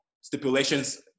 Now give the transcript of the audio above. stipulations